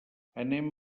anem